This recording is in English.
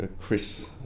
Chris